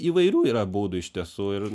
įvairių yra būdų iš tiesų ir